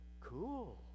Cool